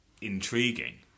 intriguing